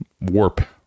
warp